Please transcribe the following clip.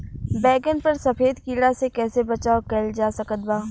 बैगन पर सफेद कीड़ा से कैसे बचाव कैल जा सकत बा?